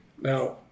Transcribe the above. Now